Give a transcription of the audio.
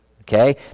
okay